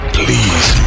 please